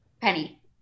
penny